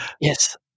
Yes